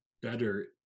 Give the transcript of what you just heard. better